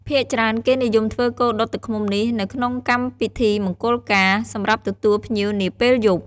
ភាគច្រើន គេនិយមធ្វើគោដុតទឹកឃ្មុំនេះនៅក្នុងកម្មពិធីមង្គលការ សម្រាប់ទទួលភ្ញៀវនាពេលយប់។